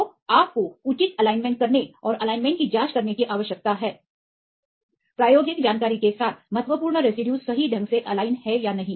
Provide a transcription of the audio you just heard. तो आपको उचित एलाइनमेंट करने और एलाइनमेंट की जांच करने की आवश्यकता है कि प्रायोगिक जानकारी के साथ महत्वपूर्ण रेसिड्यूज सही ढंग से एलाइन हैं या नहीं